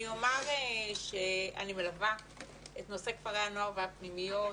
אני אומר שאני מלווה את נושא כפרי הנוער והפנימיות